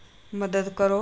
ਮਦਦ ਕਰੋ